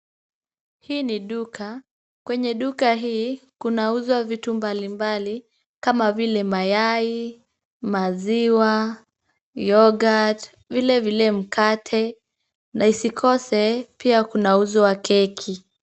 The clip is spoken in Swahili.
Hii ni duka, kwenye duka hii kunauzwa vitu mbalimbali kama vile mayai, maziwa, yoghurt vilevile mkate na isikose pia kunauzwa keki.